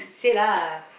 say lah